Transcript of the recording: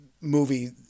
movie